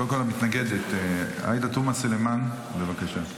קודם כול, המתנגדת עאידה תומא סלימאן, בבקשה.